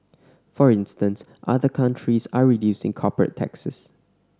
for instance other countries are reducing corporate taxes